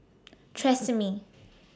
Tresemme